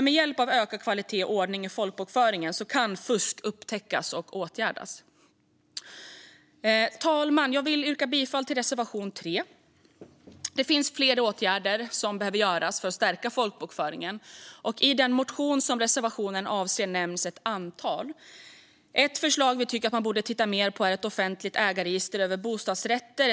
Med hjälp av ökad kvalitet och ordning i folkbokföringen kan fusk upptäckas och åtgärdas. Herr talman! Jag vill yrka bifall till reservation 3. Det finns fler åtgärder som behöver göras för att stärka folkbokföringen, och i den motion som reservationen avser nämns ett antal. Ett förslag som vi tycker att man borde titta mer på är ett offentligt ägarregister över bostadsrätter.